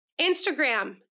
Instagram